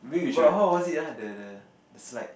but how was it ah the the the slide